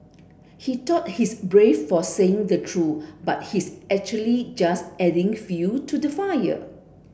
he thought he's brave for saying the truth but he's actually just adding fuel to the fire